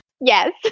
Yes